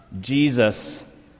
Jesus